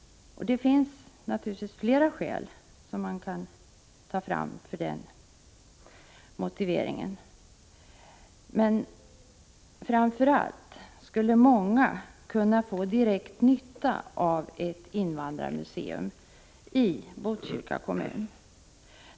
Flera faktorer motiverar den lokaliseringen, men framför allt det förhållandet att många skulle kunna få direkt nytta av ett invandrarmuseum i Botkyrka kommun.